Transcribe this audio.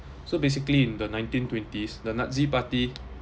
so basically in the nineteen twenties the nazi party